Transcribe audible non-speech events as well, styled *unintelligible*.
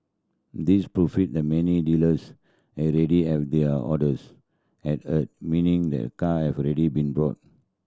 this *unintelligible* that many dealers already have their orders at a meaning that car have already been bought